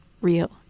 real